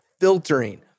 filtering